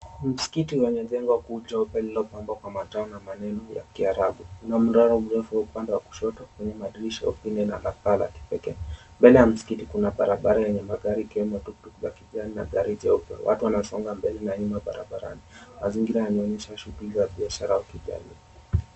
Msikiti umejengwa kuta nyeupe lililopambwa kwa matawi na maneno ya kiarabu, lina mnara mrefu wa upande wa kushoto kwenye madirisha ya upinde na paa la kipekee. Mbele ya msikiti kuna barabara yenye magari ikiwemo tuktuk za kijani na gari jeupe. Watu wanaosonga mbele na nyuma barabarani. Mazingira yanaonyesha shugli za biashara au kijamii.